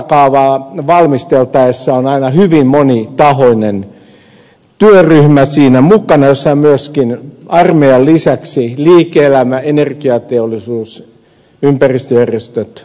maakuntakaavaa valmisteltaessa on aina hyvin monitahoinen työryhmä siinä mukana jossa on myöskin armeijan lisäksi liike elämä energiateollisuus ympäristöjärjestöt ja niin edelleen